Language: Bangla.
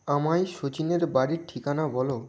আমায় সচিনের বাড়ির ঠিকানা বলো